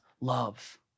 love